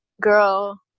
girl